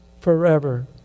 forever